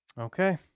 Okay